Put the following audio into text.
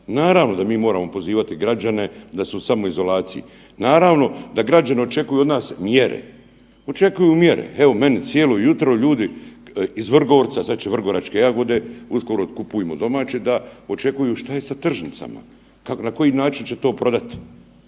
Naravno da mi moramo pozivati građane da su u samoizolaciji. Naravno da građani očekuju od nas mjere. Očekuju mjere, evo meni cijelo jutro ljudi, iz Vrgorca, sad će vrgoračke jagode, uskoro, kupujmo domaće, da, očekuju, što je sa tržnicama? Kako, na koji način će to prodati?